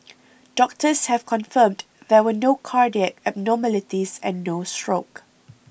doctors have confirmed there were no cardiac abnormalities and no stroke